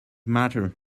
matter